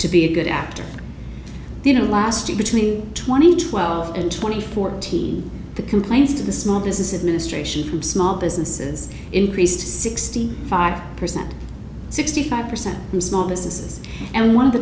to be a good actor didn't last to between twenty twelve and twenty four t the complaints to the small business administration and small businesses increased sixty five percent sixty five percent from small businesses and one of the